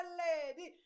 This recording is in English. lady